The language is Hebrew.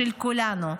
של כולנו,